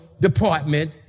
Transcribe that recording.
department